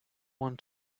want